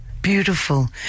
Beautiful